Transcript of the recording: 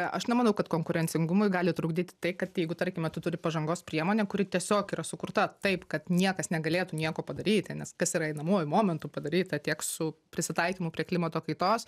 aš nemanau kad konkurencingumui gali trukdyti tai kad jeigu tarkime tu turi pažangos priemonę kuri tiesiog yra sukurta taip kad niekas negalėtų nieko padaryti nes kas yra einamuoju momentu padaryta tiek su prisitaikymu prie klimato kaitos